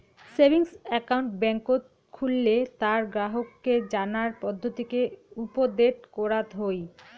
savings account বেংকত খুললে তার গ্রাহককে জানার পদ্ধতিকে উপদেট করাত হই